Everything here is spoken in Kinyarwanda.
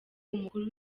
umukuru